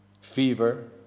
fever